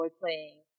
playing